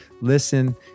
listen